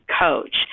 coach